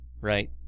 right